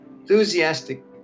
enthusiastic